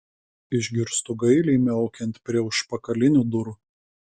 išgirstu gailiai miaukiant prie užpakalinių durų